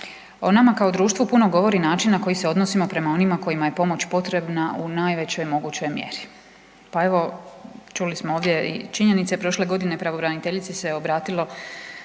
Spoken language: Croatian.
O nama kao društvu puno govori način na koji se odnosimo prema onima kojima je pomoć potrebna u najvećoj mogućoj mjeri. Pa evo čuli smo ovdje i činjenice, prošle godine pravobraniteljici se obratilo